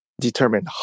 determine